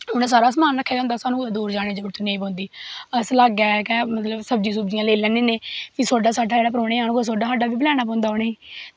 उनैं सारा समान रक्खे दा होंदा साह्नू कुदै दूर जाने दी जरूरत नेंई पौंदी अस लाग्गै गै मतलव सब्जियां सुब्जियां लेई लैन्ने होने फ्हा सोह्डा साह्डा कोई परौनें आई जान ते सोह्डा बी पलैना पौंदा उनेंगी